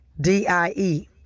D-I-E